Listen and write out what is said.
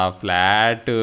flat